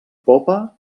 popa